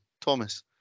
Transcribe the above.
Thomas